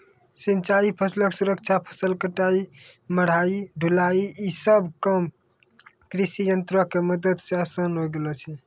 सिंचाई, फसलो के सुरक्षा, फसल कटाई, मढ़ाई, ढुलाई इ सभ काम कृषियंत्रो के मदत से असान होय गेलो छै